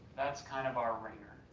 that's kind of our ringer.